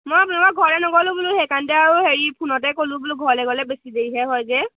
মই আপোনালোক ঘৰলৈ ন'গলো বোলো সেইকাৰণেতে আৰু হেৰি ফোনতে ক'লো বোলো ঘৰলৈ গ'লে বেছি দেৰিহে হয়গৈ